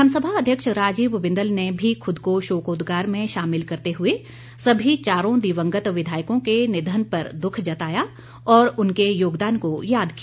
विधानसभा अध्यक्ष राजीव बिंदल ने भी खुद को शोकोदगार में शामिल करते हुए सभी चारों दिवंगत विधायकों के निधन पर दुख जताया और उनके योगदान को याद किया